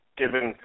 given –